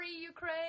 Ukraine